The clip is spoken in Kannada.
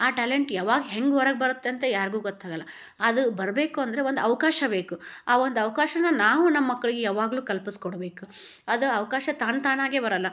ಆ ಟ್ಯಾಲೆಂಟ್ ಯಾವಾಗ ಹೆಂಗೆ ಹೊರಗೆ ಬರುತ್ತೆ ಅಂತ ಯಾರಿಗೂ ಗೊತ್ತಾಗಲ್ಲಾ ಅದು ಬರಬೇಕು ಅಂದರೆ ಒಂದು ಅವಕಾಶ ಬೇಕು ಆ ಒಂದು ಅವಕಾಶನ ನಾವು ನಮ್ಮ ಮಕ್ಕಳಿಗೆ ಯಾವಾಗಲೂ ಕಲ್ಪಿಸ್ಕೊಡ್ಬೇಕು ಅದು ಅವಕಾಶ ತಾನು ತಾನಾಗೆ ಬರಲ್ಲ